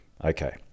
Okay